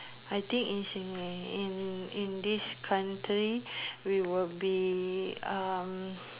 I think in in in this country we will be um